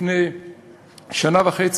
לפני שנה וחצי,